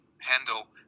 handle